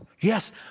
Yes